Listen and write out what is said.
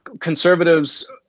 conservatives